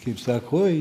kaip sako oj